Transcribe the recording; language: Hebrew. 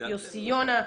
יוסי יונה,